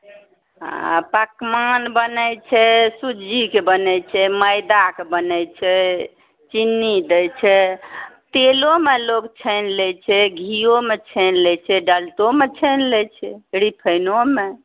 हँ पकवान बनै छै सुज्जीके बनै छै मैदाके बनै छै चिन्नी दै छै तेलोमे लोक छानि लै छै घीओमे छानि लै छै डालडोमे छानि लै छै रिफाइनोमे